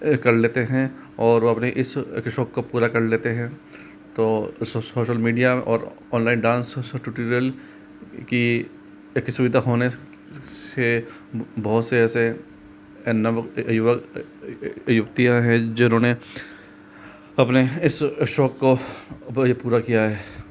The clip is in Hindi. कर लेते हैं और अपने इस शौक़ को पूरा कर लेते हैं तो सोशल मीडिया और ऑनलाइन डांस ट्यूटोरियल की एक सुविधा होने से बहुत से ऐसे युवक युवतियाँ हैं जिन्होंने अपने इस शौक़ को पूरा किया है